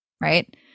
right